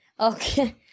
Okay